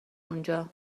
اونجا